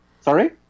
Sorry